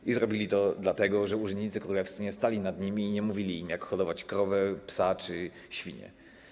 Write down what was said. I zrobili to dlatego, że urzędnicy królewscy nie stali nad nimi i nie mówili im, jak hodować krowy, psa czy świnię.